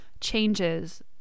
changes